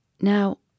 Now